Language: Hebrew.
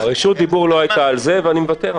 רשות הדיבור לא הייתה על זה, ואני מוותר.